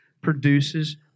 produces